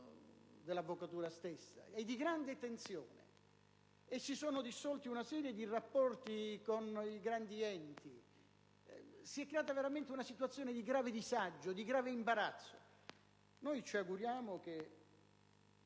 dell'avvocatura stessa e di grande tensione; si sono dissolti una serie di rapporti con i grandi enti, si è creata veramente una situazione di grave disagio, di grave imbarazzo. Noi ci auguriamo che